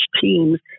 teams